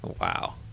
Wow